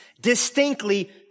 distinctly